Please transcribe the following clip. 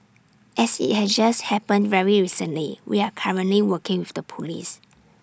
as IT has just happened very recently we are currently working with the Police